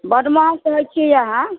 बड महग कहै छियै अहाँ